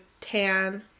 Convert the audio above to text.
tan